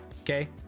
Okay